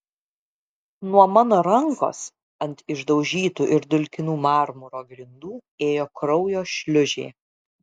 nuo mano rankos ant išdaužytų ir dulkinų marmuro grindų ėjo kraujo šliūžė